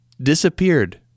disappeared